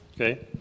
okay